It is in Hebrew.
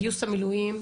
גיוס המילואים,